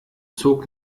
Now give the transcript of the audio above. zog